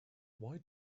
why